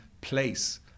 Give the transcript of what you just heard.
place